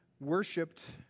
worshipped